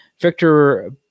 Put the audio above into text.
Victor